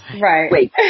right